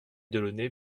delaunay